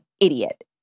idiot